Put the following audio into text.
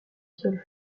seul